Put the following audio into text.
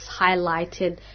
highlighted